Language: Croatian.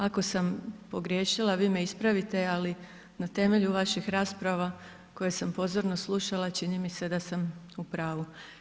Ako sam pogriješila, vi me ispravite, ali na temelju vaših rasprava koje sam pozorno slušala, čini mi se da sam u pravu.